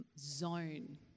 zone